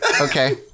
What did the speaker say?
Okay